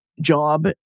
job